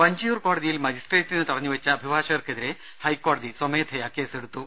വഞ്ചിയൂർ കോടതിയിൽ മജിസ്ട്രേറ്റിനെ തടഞ്ഞുവെച്ച അഭിഭാ ഷകർക്കെതിരേ ഹൈക്കോടതി സ്വമേധയാ കേസ്സെടുത്തു